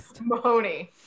Mahoney